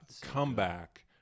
Comeback